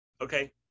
okay